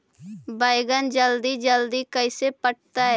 बैगन जल्दी जल्दी कैसे बढ़तै?